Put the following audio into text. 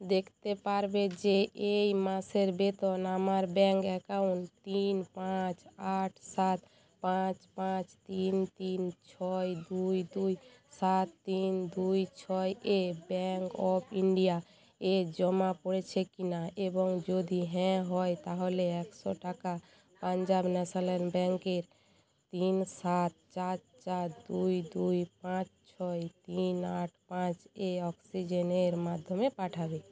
দেখতে পারবে যে এই মাসের বেতন আমার ব্যাঙ্ক অ্যাকাউন্ট তিন পাঁচ আট সাত পাঁচ পাঁচ তিন তিন ছয় দুই দুই সাত তিন দুই ছয় এ ব্যাঙ্ক অফ ইন্ডিয়া এ জমা পড়েছে কিনা এবং যদি হ্যাঁ হয় তাহলে একশো টাকা পাঞ্জাব ন্যাশনাল ব্যাঙ্ক এর তিন সাত চার চার দুই দুই পাঁচ ছয় তিন আট পাঁচ এ অক্সিজেনের মাধ্যমে পাঠাবে